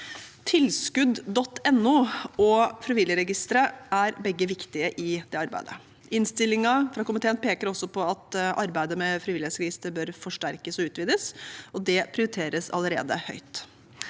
Tilskudd.no og Frivillighetsregisteret er begge viktige i det arbeidet. Innstillingen fra komiteen peker også på at arbeidet med Frivillighetsregisteret bør forsterkes og utvides, og det prioriteres allerede høyt.